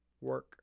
work